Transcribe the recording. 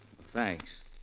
Thanks